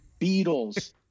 Beatles